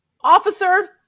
Officer